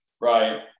right